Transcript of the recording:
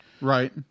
right